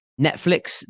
Netflix